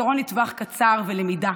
בזיכרון לטווח קצר ובלמידה,